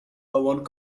one